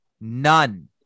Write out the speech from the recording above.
none